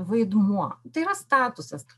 vaidmuo tai yra statusas